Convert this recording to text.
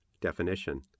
Definition